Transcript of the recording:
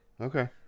okay